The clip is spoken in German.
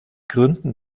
gründen